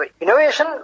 Innovation